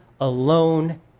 alone